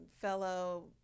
fellow